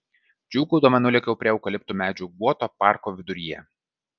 džiūgaudama nulėkiau prie eukaliptų medžių guoto parko viduryje